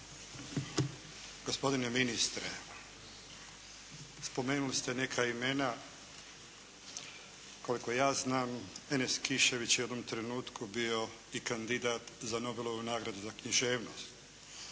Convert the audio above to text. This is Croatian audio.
Gospodine ministre, spomenuli ste neka imena. Koliko ja znam Enes Kišević je u jednom trenutku bio i kandidat za Nobelovu nagradu za književnost.